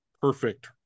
perfect